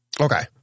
Okay